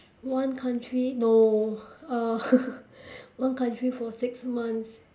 one country no uh one country for six months